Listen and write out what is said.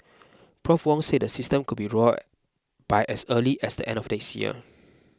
Prof Wong said the system could be rolled by as early as the end of next year